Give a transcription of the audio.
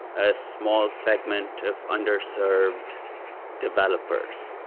a small segment of underserved developers.